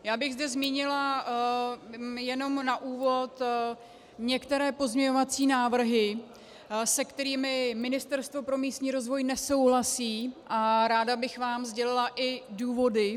Já bych zde zmínila jenom na úvod některé pozměňovací návrhy, se kterými Ministerstvo pro místní rozvoj nesouhlasí, a ráda bych vám sdělila i důvody.